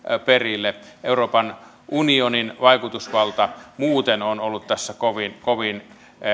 perille euroopan unionin vaikutusvalta muuten on ollut tässä kovin kovin